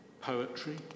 poetry